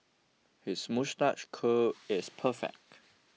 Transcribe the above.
his moustache curl is perfect